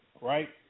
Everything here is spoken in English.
right